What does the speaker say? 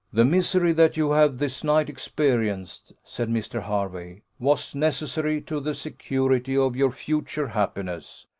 the misery that you have this night experienced, said mr. hervey, was necessary to the security of your future happiness.